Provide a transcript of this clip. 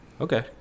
Okay